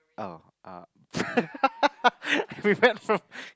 oh uh we met from